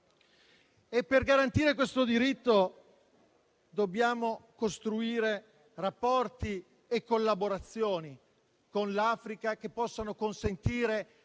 Per garantire questo diritto, dobbiamo costruire rapporti e collaborazioni con l'Africa, che consentano